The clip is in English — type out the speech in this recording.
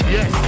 Yes